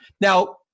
now